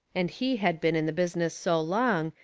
and he had been in the business so long,